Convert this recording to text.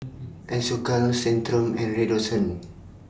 Isocal Centrum and Redoxon